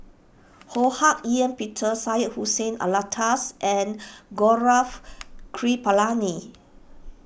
Ho Hak Ean Peter Syed Hussein Alatas and Gaurav Kripalani